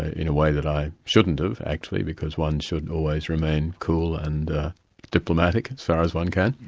in a way that i shouldn't have, actually, because one should always remain cool and diplomatic as far as one can,